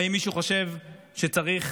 האם מישהו חושב שצריך